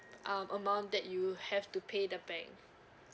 um amount that you have to pay the bank